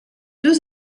deux